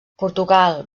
portugal